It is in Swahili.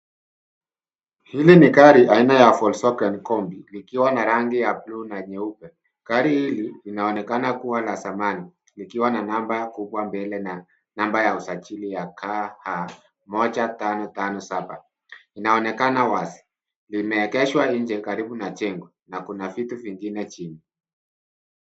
Hii ni gari yenye rangi ya buluu na nyeupe. Gari hili linaonekana kuwa na thamani na limewekwa namba kubwa mbele pamoja na namba ya usajili. Linaonekana likiwa limeegeshwa nje karibu na jengo, na kuna vitu vimewekwa chini karibu nalo.